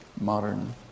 modern